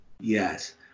Yes